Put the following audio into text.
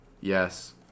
Yes